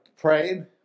praying